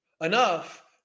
Enough